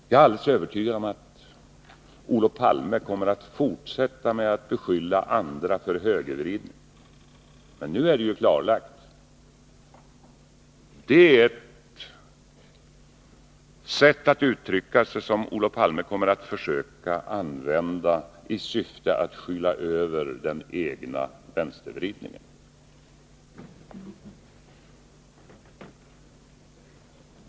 Jag är alldeles övertygad om att Olof Palme kommer att fortsätta att beskylla andra för högervridning. Nu är det dock klart att det är ett sätt att uttrycka sig som Olof Palme kommer att försöka använda i syfte att skyla över den egna vänstervridningen.